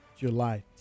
July